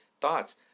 thoughts